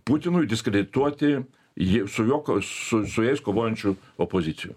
putinui diskredituoti jį su juo su su jais kovojančių opozicijų